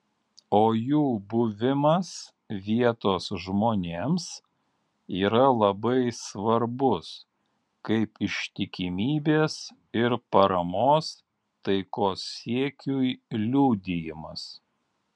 o jų buvimas vietos žmonėms yra labai svarbus kaip ištikimybės ir paramos taikos siekiui liudijimas